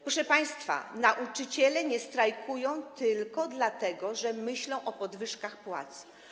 Proszę państwa, nauczyciele nie strajkują tylko dlatego, że myślą o podwyżkach płac.